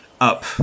Up